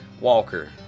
Walker